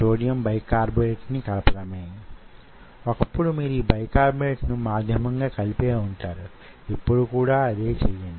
ఈ myotube లను వొక డిష్ లో ఎదగనివ్వండి లేదా మీరు డ్రగ్స్ ని స్క్రీన్ చేయ్యాలను కుంటున్నారనుకుందాం